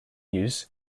use